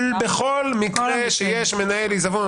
לא, בכל מקרה שיש מנהל עיזבון.